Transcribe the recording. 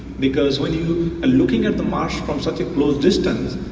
because when you are looking at the marsh from such a close distance,